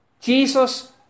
Jesus